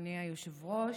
אדוני היושב-ראש,